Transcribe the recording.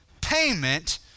payment